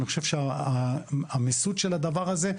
אני חושב שהמיסוד של הדבר הזה,